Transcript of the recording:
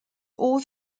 all